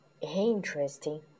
interesting